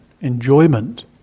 enjoyment